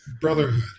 brotherhood